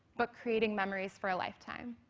but creating memories for a lifetime.